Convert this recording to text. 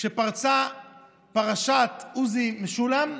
כשפרצה פרשת עוזי משולם,